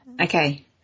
Okay